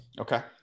Okay